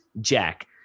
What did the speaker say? Jack